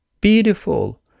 beautiful